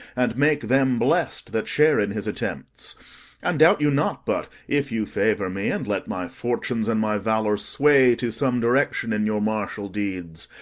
and make them blest that share in his attempts and doubt you not but, if you favour me, and let my fortunes and my valour sway to some direction in your martial deeds,